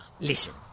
Listen